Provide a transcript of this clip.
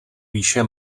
výše